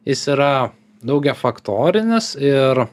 jis yra daugiafaktorinis ir